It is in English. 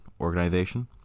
organization